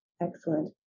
Excellent